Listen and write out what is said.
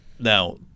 now